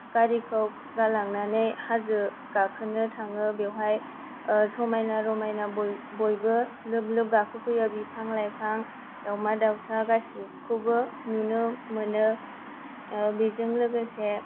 गारिखौ लांनानै हाजो गाखोनो थाङो बेवहाय समायना रमायना बयबो लोब लोब गाखोहैयो बिफां लाइफां दावमा दावसा गासिखौबो नुनो मोनो बेजों लोगोसे